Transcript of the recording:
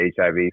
HIV